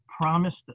promised